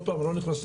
אני לא נכנס,